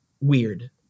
weird